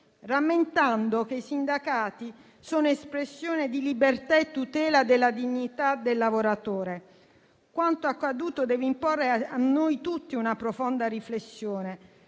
rammentando che i sindacati sono espressione di libertà e tutela della dignità del lavoratore. Quanto accaduto deve imporre a noi tutti una profonda riflessione: